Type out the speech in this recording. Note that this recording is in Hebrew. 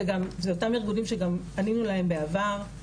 וגם זה אותם ארגונים שגם ענינו להם בעבר,